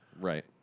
Right